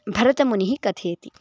भरतमुनिः कथयति